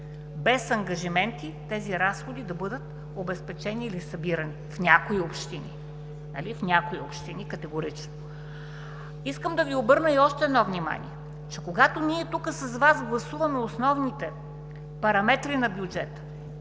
без ангажименти тези разходи да бъдат обезпечени или събирани – в някои общини. В някои общини – категорично. Искам да Ви обърна внимание и на още нещо. Когато ние тук, с Вас гласуваме основните параметри на бюджета